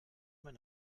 mein